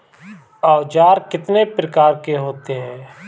औज़ार कितने प्रकार के होते हैं?